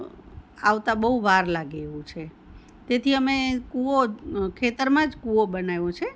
આવતા બહુ વાર લાગે એવું છે તેથી અમે કૂવો ખેતરમાં જ કૂવો બનાવ્યો છે